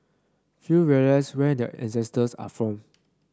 few realise where their ancestors are from